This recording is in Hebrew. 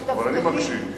אבל אני מקשיב.